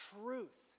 truth